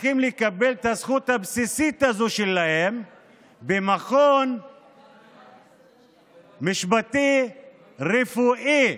צריכים לקבל את הזכות הבסיסית הזו שלהם במכון משפטי רפואי.